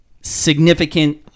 significant